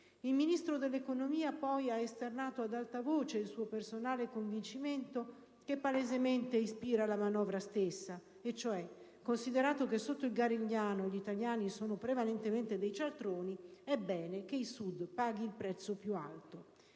Il Ministro dell'economia inoltre ha esternato ad alta voce il suo personale convincimento, che palesemente ispira la manovra stessa: considerato che sotto il Garigliano gli italiani sono prevalentemente dei cialtroni, è bene che il Sud paghi il prezzo più alto.